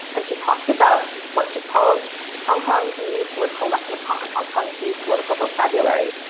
and she talks about what she calls hong kong's new political lexicon, and hong kong's new political vocabulary.